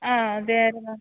അ ആതെ ആയിരുന്നു